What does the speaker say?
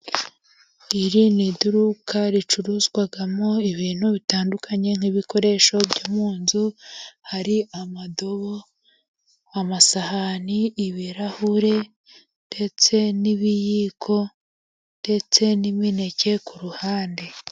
Iri n'iduka ricuruzwamo ibintu bitandukanye nk'ibikoresho byo mu nzu, hari amadobo, amasahani, ibirahure ndetse n'ibiyiko, ndetse n'imineke ku ruhande.